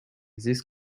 this